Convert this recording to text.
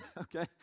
Okay